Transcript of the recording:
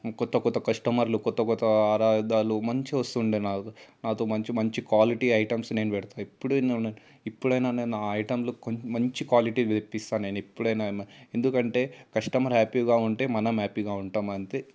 కొత్త కొత్త కస్టమర్లు కొత్త కొత్త ఆరాధాలు మంచిగా వస్తుండే నాకు నాతో మంచి మంచి క్వాలిటీ ఐటమ్స్ నేను పెడతా ఇప్పుడున్న ఎప్పుడైనా నేను ఆ ఐటెంలు మంచి క్వాలిటీ తెప్పిస్తా నేను ఎప్పుడైనా ఏమైనా ఎందుకంటే కస్టమర్ హ్యాపీగా ఉంటే మనం హ్యాపీగా ఉంటాం అంతే